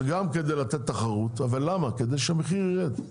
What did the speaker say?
כדי שתהיה תחרות וכדי שהמחיר ירד.